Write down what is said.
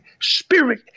spirit